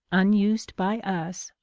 unused by us,